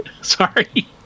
sorry